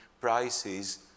prices